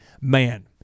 man